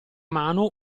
mano